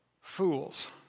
fools